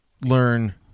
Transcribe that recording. learn